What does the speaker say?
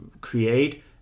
create